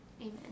Amen